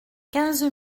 quinze